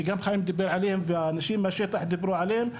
שגם חיים דיבר עליהם והאנשים בשטח דיברו עליהם,